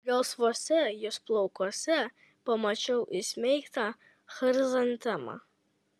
gelsvuose jos plaukuose pamačiau įsmeigtą chrizantemą